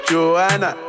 Joanna